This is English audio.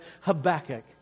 Habakkuk